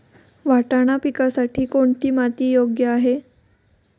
वाटाणा पिकासाठी कोणती माती योग्य आहे?